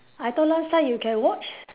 I thought last time you can watch